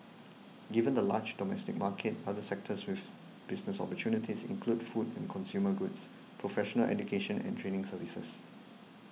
given the large domestic market other sectors with business opportunities include food and consumer goods professional education and training services